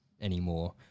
anymore